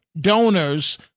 donors